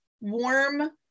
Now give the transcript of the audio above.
warm